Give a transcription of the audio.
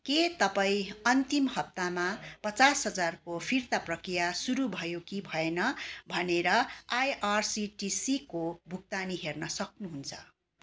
के तपाईँ अन्तिम हप्तामा पचास हजारको फिर्ता प्रक्रिया सुरु भयो कि भएन भनेर आइआरसिटिसीको भुक्तानी हेर्न सक्नुहुन्छ